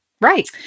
Right